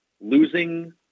losing